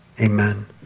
Amen